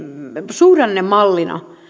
suhdannemallina